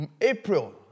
April